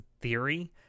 theory